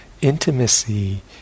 intimacy